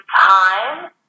time